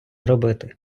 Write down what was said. робити